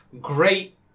great